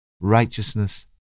righteousness